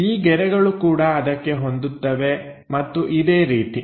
ಈ ಗೆರೆಗಳು ಕೂಡ ಅದಕ್ಕೆ ಹೊಂದುತ್ತವೆ ಮತ್ತು ಇದೇ ರೀತಿ